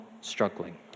struggling